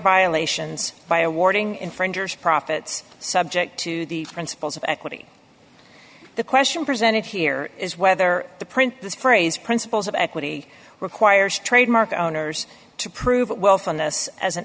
violations by awarding infringers profits subject to the principles of equity the question presented here is whether to print this phrase principles of equity requires trademark owners to prove it well from this as an